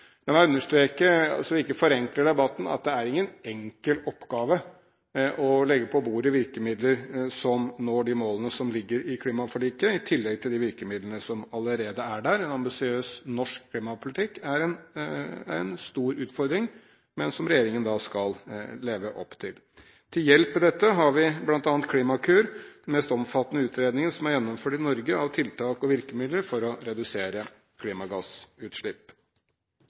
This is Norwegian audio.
La meg understreke, så vi ikke forenkler debatten, at det er ingen enkel oppgave å legge på bordet virkemidler som bidrar til å nå de målene som ligger i klimaforliket, i tillegg til de virkemidlene som allerede er der. En ambisiøs norsk klimapolitikk er en stor utfordring, men som regjeringen skal leve opp til. Til hjelp med dette har vi bl.a. Klimakur, den mest omfattende utredningen som er gjennomført i Norge av tiltak og virkemidler for å redusere klimagassutslipp.